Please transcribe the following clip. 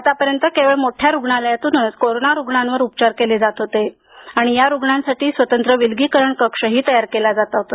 आत्तापर्यंत केवळ मोठ्या रुग्णालयातूनच कोरोना रुग्णांवर उपचार केले जात होते आणि या रुग्णांसाठी स्वतंत्र विलगीकरण कक्षही तयार केला जात होता